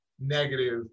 negative